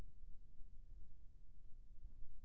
ऋण के का का शर्त रथे?